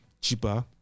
cheaper